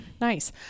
Nice